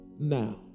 Now